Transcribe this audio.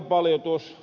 tuos ed